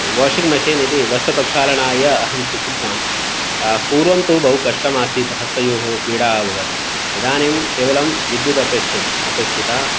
washing machine इति वस्त्रप्रक्षालनाय अहं स्वीकृतवान् पूर्वं तु बहुकष्टम् आसीत् हस्तयोः पीडा अभवत् इदानीं केवलं विद्युत् अपेक्ष् अपेक्षिता